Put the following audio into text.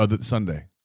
Sunday